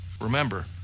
Remember